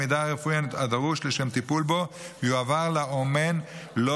המידע הרפואי הדרוש לשם טיפול בו יועבר לאומן לא